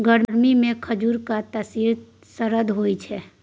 गरमीमे खजुरक तासीर सरद होए छै